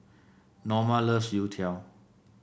Norma loves youtiao